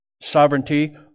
sovereignty